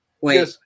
Wait